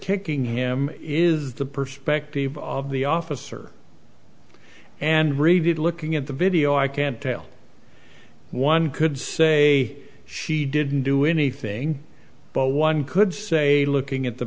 kicking him is the perspective of the officer and reviewed looking at the video i can't tell one could say she didn't do anything but one could say looking at the